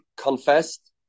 confessed